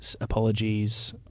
apologies